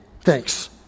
thanks